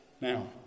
Now